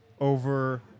over